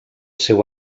seu